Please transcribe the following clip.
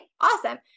awesome